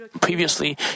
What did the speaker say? previously